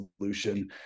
solution